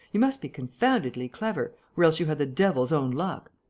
you must be confoundedly clever, or else you had the devil's own luck.